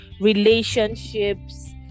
relationships